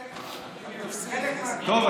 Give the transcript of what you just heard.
טוב,